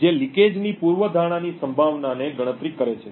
જે લિકેજની પૂર્વધારણાની સંભાવનાને ગણતરી કરે છે